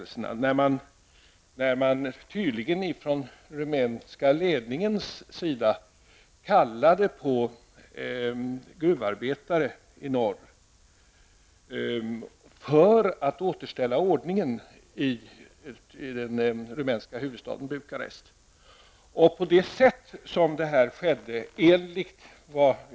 I samband med de här händelserna kallade man tydligen från den rumänska ledningens sida på gruvarbetare från norra delen av landet för att återställa ordningen i den rumänska huvudstaden Bukarest.